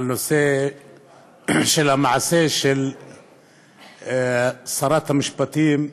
על המעשה של שרת המשפטים,